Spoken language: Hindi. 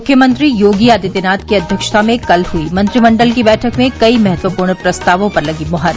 मुख्यमंत्री योगी आदित्यनाथ की अध्यक्षता में कल हुई मंत्रिमंडल की बैठक में कई महत्वपूर्ण प्रस्तावों पर लगी मुहर